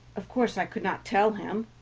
of course i could not tell him,